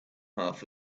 half